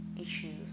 issues